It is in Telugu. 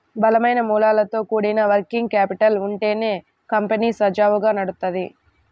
బలమైన మూలాలతో కూడిన వర్కింగ్ క్యాపిటల్ ఉంటేనే కంపెనీ సజావుగా నడుత్తది